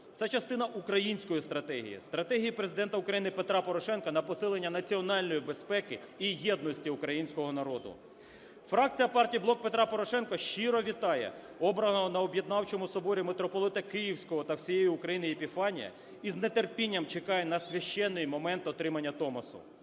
Це частина української стратегії, стратегії Президента України Петра Порошенка на посилення національної безпеки і єдності українського народу. Фракція партії "Блок Петра Порошенка" щиро вітає обраного на Об'єднавчому Соборі Митрополита Київського та всієї України Епіфанія і з нетерпінням чекає на священний момент отримання Томосу.